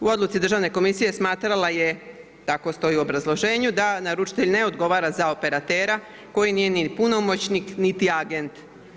U odluci državne komisije smatrala je, tako stoji u obrazloženju da naručitelj ne odgovara za operatera koji nije ni punomoćnik niti agent.